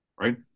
Right